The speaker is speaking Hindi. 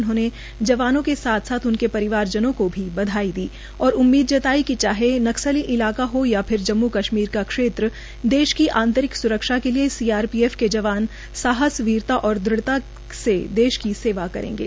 उन्होंने जवानों के साथ साथ उनके परिवार जनों को बधाई भी दी और उम्मीद जताई कि चाहे नक्सली इलाका हो या फिर जम्मू कश्मीर का क्षेत्र देश के आंतरिक स्रक्षाके लिए सीआरपीएफ के जवान सहास वीरता और दृढ़ता से देश की सेवा करेंगे